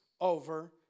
over